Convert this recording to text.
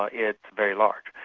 ah it's very large.